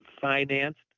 financed